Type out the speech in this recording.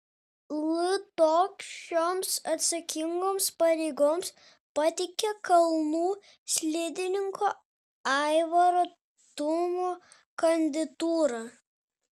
ltok šioms atsakingoms pareigoms pateikė kalnų slidininko aivaro tumo kandidatūrą